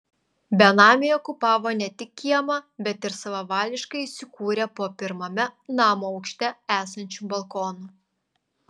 benamiai okupavo ne tik kiemą bet ir savavališkai įsikūrė po pirmame namo aukšte esančiu balkonu